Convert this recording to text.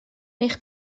eich